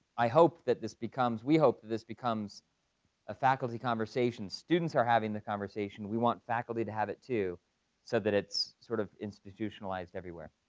i hope that this becomes, we hope this becomes a faculty conversation. students are having the conversation, we want faculty to have it too so that it's sort of institutionalized everywhere.